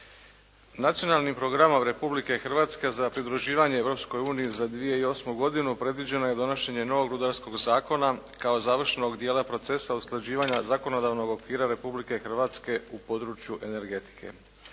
Nacionalnim programom Republike Hrvatske za pridruživanje Europskoj uniji za 2008. godinu predviđeno je donošenje novog Rudarskog zakona kao završnog dijela procesa usklađivanja zakonodavnog okvira Republike Hrvatske u području energetike.